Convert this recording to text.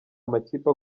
amakipe